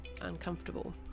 uncomfortable